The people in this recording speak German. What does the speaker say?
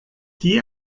die